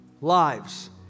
lives